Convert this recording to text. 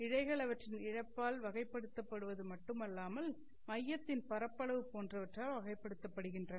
இழைகள் அவற்றின் இழப்பால் வகைப்படுத்தப்படுவது மட்டுமல்லாமல் மையத்தின் பரப்பளவு போன்றவற்றால் வகைப்படுத்தப்படுகின்றன